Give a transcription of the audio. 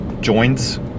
joints